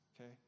okay